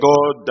God